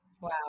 Wow